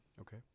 Okay